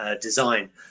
design